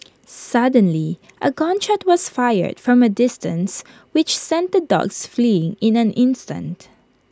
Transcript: suddenly A gun shot was fired from A distance which sent the dogs fleeing in an instant